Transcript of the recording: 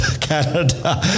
Canada